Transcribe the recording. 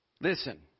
Listen